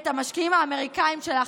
את המשקיעים האמריקאים שלך,